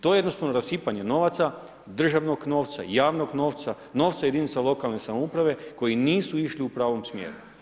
To je jednostavno rasipanje novaca, državnog novca, javnog novca, novca jedinica lokalne samouprave koji nisu išli u pravom smjeru.